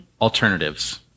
alternatives